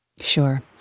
Sure